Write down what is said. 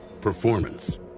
performance